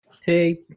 hey